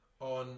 On